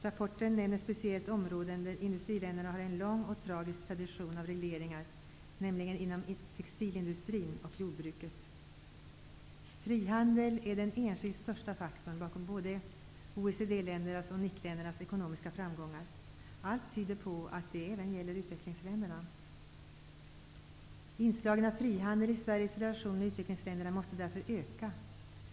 Rapporten nämner speciellt områden där industriländerna har en lång och tragisk tradition av regleringar, nämligen textilindustrin och jordbruket. Frihandeln är det enskilt största faktorn bakom både OECD-ländernas NIC-ländernas ekonomiska framgångar. Allt tyder på att det gäller även utvecklingsländerna. Inslagen av frihandel i Sveriges relation med utvecklingsländerna måste därför öka.